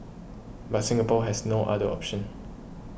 but Singapore has no other option